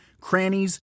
crannies